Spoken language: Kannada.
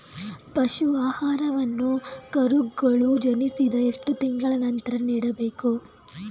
ಪಶು ಆಹಾರವನ್ನು ಕರುಗಳು ಜನಿಸಿದ ಎಷ್ಟು ತಿಂಗಳ ನಂತರ ನೀಡಬೇಕು?